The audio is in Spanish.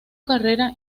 carrera